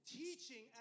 teaching